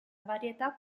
varietà